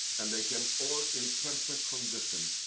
and they came all in perfect condition.